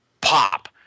pop